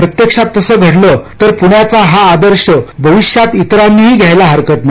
प्रत्यक्षात तसं घडलं तर पूण्याचा हा आदर्श भविष्यात इतरांनीही घ्यायला हरकत नाही